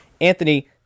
Anthony